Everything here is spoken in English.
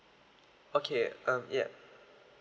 okay um yup